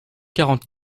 quarante